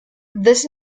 this